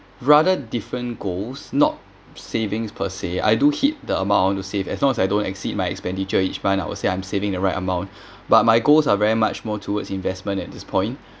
rather different goals not savings per se I do hit the amount I want to save as long as I don't exceed my expenditure each month I would say I'm saving the right amount but my goals are very much more towards investment at this point